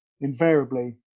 invariably